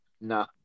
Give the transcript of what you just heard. Nah